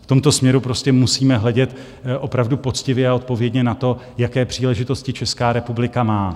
V tomto směru prostě musíme hledět opravdu poctivě a odpovědně na to, jaké příležitosti Česká republika má.